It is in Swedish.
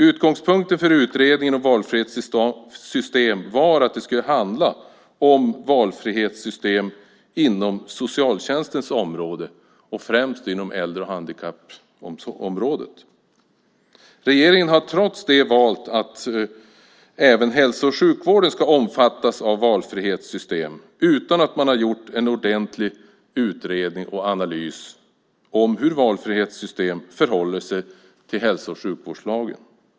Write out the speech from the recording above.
Utgångspunkten för utredningen om valfrihetssystem var att det skulle handla om valfrihetssystem inom socialtjänstens område, och främst äldre och handikappområdet. Regeringen har trots det valt att låta även hälso och sjukvården omfattas av valfrihetssystem utan att man har gjort en ordentlig utredning och analys av hur valfrihetssystem förhåller sig till hälso och sjukvårdslagen.